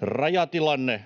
[Vasemmalta: Poistamalla